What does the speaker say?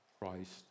Christ